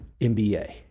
NBA